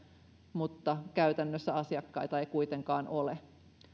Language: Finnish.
mutta käytännössä asiakkaita ei kuitenkaan ole